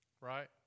right